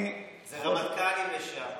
רמטכ"לים לשעבר,